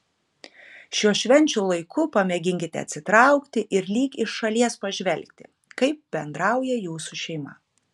šiuo švenčių laiku pamėginkite atsitraukti ir lyg iš šalies pažvelgti kaip bendrauja jūsų šeima